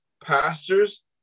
pastors